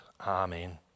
Amen